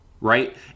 right